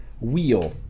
wheel